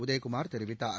உதயகுமார் தெரிவித்தார்